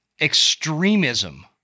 extremism